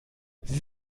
sie